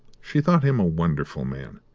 she thought him a wonderful man.